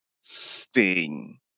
Sting